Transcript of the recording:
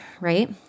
right